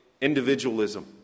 individualism